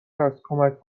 هست، کمک